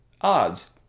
odds